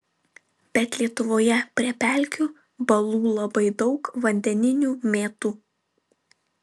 bet lietuvoje prie pelkių balų labai daug vandeninių mėtų